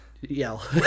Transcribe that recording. yell